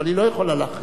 אבל היא לא יכולה להכריח.